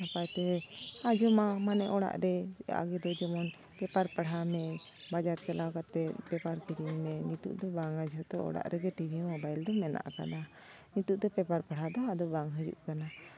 ᱱᱟᱯᱟᱭᱛᱮ ᱟᱸᱡᱚᱢᱟ ᱢᱟᱱᱮ ᱚᱲᱟᱜ ᱨᱮ ᱟᱜᱮ ᱫᱚ ᱡᱮᱢᱚᱱ ᱯᱮᱯᱟᱨ ᱯᱟᱲᱦᱟᱣ ᱢᱮ ᱵᱟᱡᱟᱨ ᱪᱟᱞᱟᱣ ᱠᱟᱛᱮᱫ ᱯᱮᱯᱟᱨ ᱠᱤᱨᱤᱧ ᱢᱮ ᱱᱤᱛᱳᱜ ᱫᱚ ᱵᱟᱝᱼᱟ ᱡᱷᱚᱛᱚ ᱚᱲᱟᱜ ᱨᱮᱜᱮ ᱴᱤᱵᱷᱤ ᱢᱳᱵᱟᱭᱤᱞ ᱫᱚ ᱢᱮᱱᱟᱜ ᱟᱠᱟᱫᱟ ᱱᱤᱛᱳᱜ ᱫᱚ ᱯᱮᱯᱟᱨ ᱯᱟᱲᱦᱟᱣ ᱫᱚ ᱵᱟᱝ ᱦᱩᱭᱩᱜ ᱠᱟᱱᱟ